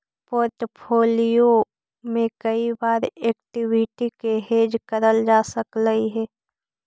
portfolio में कई बार एक्विटी को हेज करल जा सकलई हे